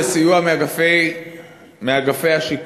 לסיוע מאגפי השיקום